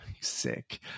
Sick